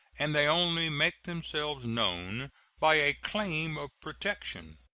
and they only make themselves known by a claim of protection.